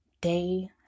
day